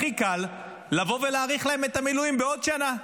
הכי קל לבוא ולהאריך להם את המילואים בעוד שנה.